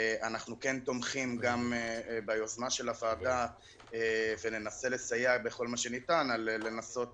אנחנו כן תומכים גם ביוזמה של הוועדה וננסה לסייע בכל מה שניתן לנסות